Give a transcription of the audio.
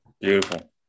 Beautiful